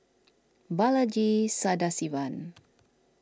Balaji Sadasivan